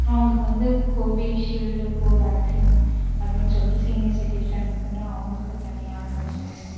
அவங்களுக்கு வந்து Covishield Covaxin அப்படின்னு சொல்லிட்டு சீனியர் சிட்டிசன்க்குன்னு அவங்களுக்கு தனியாக ஆரம்பிச்சாங்க